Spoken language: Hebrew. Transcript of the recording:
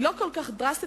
היא לא כל כך דרסטית,